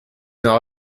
n’en